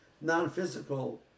non-physical